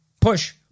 push